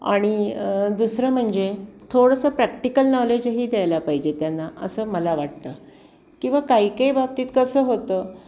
आणि दुसरं म्हणजे थोडंसं प्रॅक्टिकल नॉलेजही द्यायला पाहिजे त्यांना असं मला वाटतं किंवा काही काही बाबतीत कसं होतं